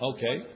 Okay